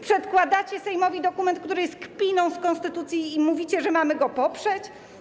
Przedkładacie Sejmowi dokument, który jest kpiną z konstytucji, i mówicie, że mamy go poprzeć?